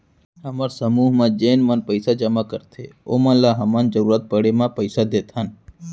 हमर समूह म जेन मन पइसा जमा करथे ओमन ल हमन जरूरत पड़े म पइसा देथन